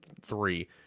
three